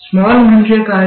small म्हणजे काय